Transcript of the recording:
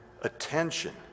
attention